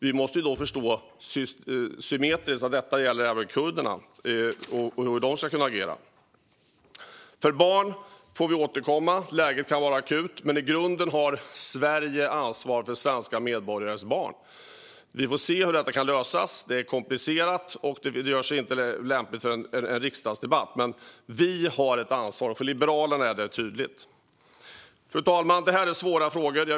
Vi måste förstå att det gäller även för kurderna och hur de ska agera. I fråga om barn får vi återkomma. Läget kan vara akut. Men i grunden har Sverige ansvar för svenska medborgares barn. Vi får se hur det kan lösas. Det är komplicerat. Det är inte lämpligt för en riksdagsdebatt. Men vi har ett ansvar. För Liberalerna är det tydligt. Fru talman! Det är svåra frågor.